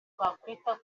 twakwita